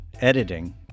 editing